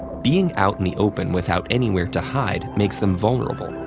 being out in the open without anywhere to hide makes them vulnerable,